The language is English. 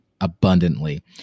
abundantly